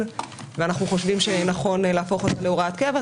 ואנחנו חושבים שנכון להפוך אותה להוראת קבע,